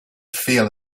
feel